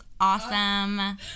awesome